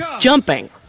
jumping